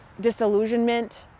disillusionment